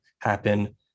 happen